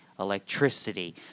electricity